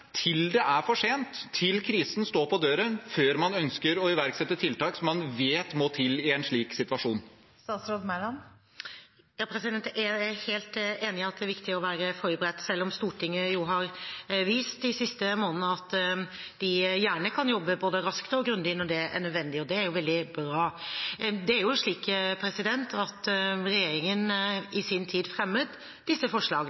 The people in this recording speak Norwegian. til det er for sent, til krisen står på døren, før man ønsker å iverksette tiltak som man vet må til i en slik situasjon? Jeg er helt enig i at det er viktig å være forberedt, selv om Stortinget jo de siste månedene har vist at de gjerne kan jobbe både raskt og grundig når det er nødvendig. Det er veldig bra. Det er jo slik at regjeringen i sin tid fremmet disse forslagene,